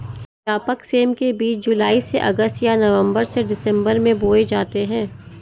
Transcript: व्यापक सेम के बीज जुलाई से अगस्त या नवंबर से दिसंबर में बोए जाते हैं